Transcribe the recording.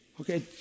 Okay